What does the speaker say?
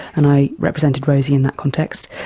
and i represented rosie in that context.